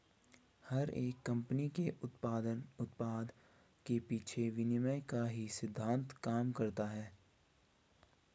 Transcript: हर एक कम्पनी के उत्पाद के पीछे विनिमय का ही सिद्धान्त काम करता है